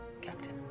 Captain